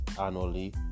annually